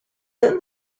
then